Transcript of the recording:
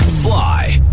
Fly